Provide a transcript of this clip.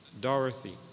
Dorothy